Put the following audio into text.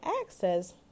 access